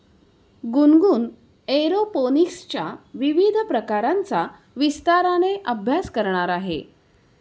गुनगुन एरोपोनिक्सच्या विविध प्रकारांचा विस्ताराने अभ्यास करणार आहे